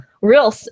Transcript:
real